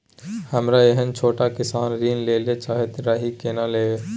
हमरा एहन छोट किसान ऋण लैले चाहैत रहि केना लेब?